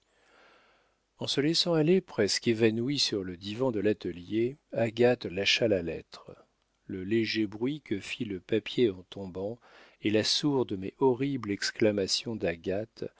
en se laissant aller presque évanouie sur le divan de l'atelier agathe lâcha la lettre le léger bruit que fit le papier en tombant et la sourde mais horrible exclamation d'agathe